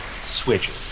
switches